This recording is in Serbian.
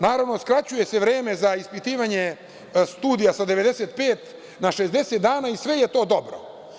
Naravno, skraćuje se vreme za ispitivanje studija sa 95 na 60 dana, i sve je to dobro.